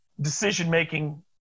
decision-making